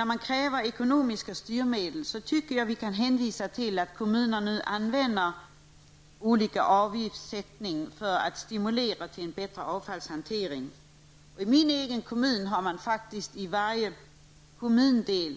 När man kräver ekonomiska styrmedel, tycker jag att vi kan hänvisa till att kommunerna använder olika avgiftssättning för att stimulera till en bättre avfallshantering. I min kommun har man faktiskt i varje kommundel